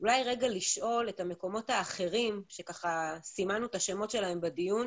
לשאול את המקומות האחרים שסימנו את השמות שלהם בדיון,